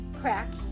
crack